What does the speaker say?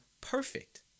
perfect